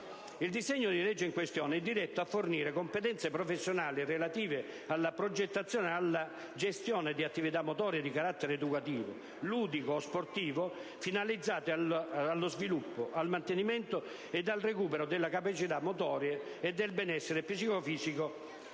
Il disegno di legge in questione è diretto a fornire competenze professionali relative alla progettazione ed alla gestione di attività motorie di carattere educativo, ludico o sportivo, finalizzate allo sviluppo, al mantenimento e al recupero delle capacità motorie e del benessere psicofisico